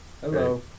Hello